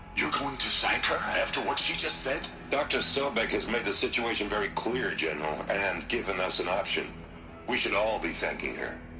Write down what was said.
you're going to thank her, after what she just said? dr. sobeck has made the situation very clear, general, and given us an option we should all be thanking her